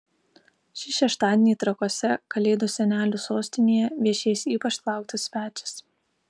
šį šeštadienį trakuose kalėdų senelių sostinėje viešės ypač lauktas svečias